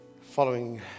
Following